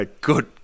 good